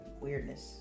weirdness